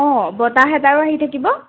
অঁ বতাহ এটাও আহি থাকিব